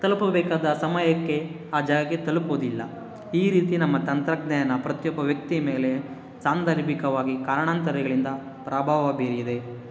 ತಲುಪಬೇಕಾದ ಸಮಯಕ್ಕೆ ಆ ಜಾಗಕ್ಕೆ ತಲುಪುವುದಿಲ್ಲ ಈ ರೀತಿ ನಮ್ಮ ತಂತ್ರಜ್ಞಾನ ಪ್ರತಿಯೊಬ್ಬ ವ್ಯಕ್ತಿ ಮೇಲೆ ಸಾಂದರ್ಭಿಕವಾಗಿ ಕಾರಣಾಂತರಗಳಿಂದ ಪ್ರಭಾವ ಬೀರಿದೆ